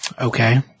Okay